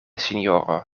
sinjoro